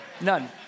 none